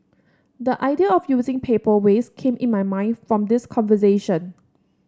the idea of using paper waste came in my mind from this conversation